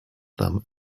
them